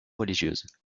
religieuses